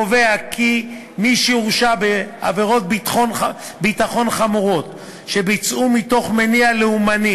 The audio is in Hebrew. קובע כי מי שהורשע בעבירות ביטחון חמורות שבוצעו מתוך מניע לאומני